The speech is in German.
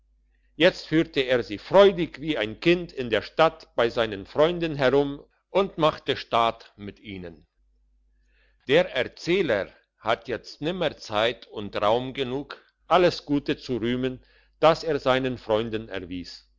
jetzt führte er sie freudig wie ein kind in der stadt bei seinen freunden herum und machte staat mit ihnen der kalender hat jetzt nimmer zeit und raum genug alles gute zu rühmen was er seinen freunden erwies